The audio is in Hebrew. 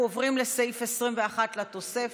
אנחנו עוברים לסעיף 21, לתוספת,